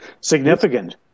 significant